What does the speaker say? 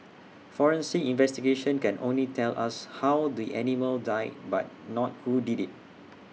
forensic investigations can only tell us how the animal died but not who did IT